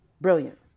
Brilliant